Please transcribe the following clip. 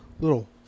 little